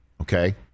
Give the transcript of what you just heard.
okay